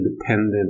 independent